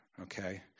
Okay